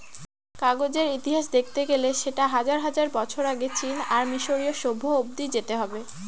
কাগজের ইতিহাস দেখতে গেলে সেটা হাজার হাজার বছর আগে চীন আর মিসরীয় সভ্য অব্দি যেতে হবে